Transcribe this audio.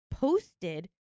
posted